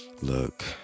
look